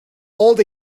old